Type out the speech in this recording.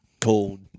cold